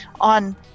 on